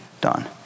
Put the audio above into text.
done